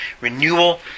renewal